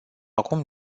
acum